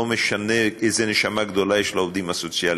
לא משנה איזו נשמה גדולה יש לעובדים הסוציאליים,